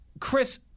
Chris